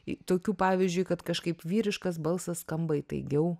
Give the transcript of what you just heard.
į tokių pavyzdžiui kad kažkaip vyriškas balsas skamba įtaigiau